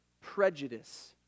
prejudice